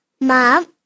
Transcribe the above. Mom